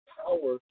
power